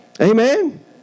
Amen